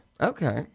Okay